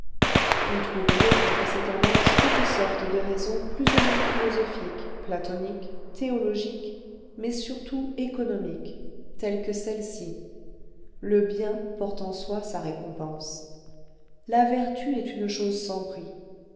ils trouveront contre ces tendances toutes sortes de raisons plus ou moins philosophiques platoniques théologiques mais surtout économiques telles que celles-ci le bien porte en soi sa récompense la vertu est une chose sans prix